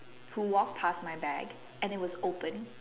who walked past my back and it was open